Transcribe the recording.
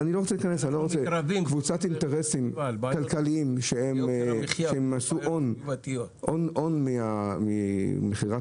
קבוצת אינטרסים כלכליים שעשו הון ממכירת